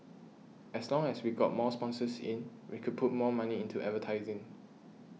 as long as we got more sponsors in we could put more money into advertising